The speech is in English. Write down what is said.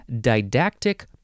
didactic